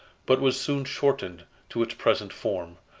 but was soon shortened to its present form.